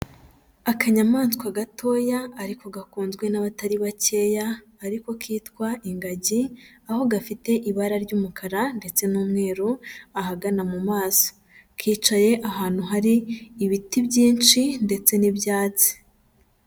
Akanyamaswa gatoya ariko gakunzwe n'abatari bakeya ariko kitwa ingagi, aho gafite ibara ry'umukara ndetse n'umweru ahagana mu maso, kicaye ahantu hari ibiti byinshi ndetse n'ibyatsi.